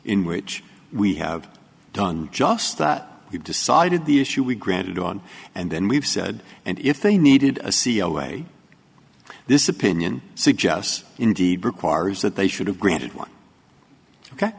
in which we have done just that we decided the issue we granted on and then we've said and if they needed a c e o way this opinion suggests indeed requires that they should have granted one ok